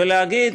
ולהגיד,